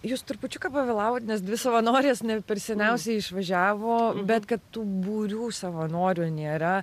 jus trupučiuką pavėlavot nes dvi savanorės ne per seniausiai išvažiavo bet kad tų būrių savanorių nėra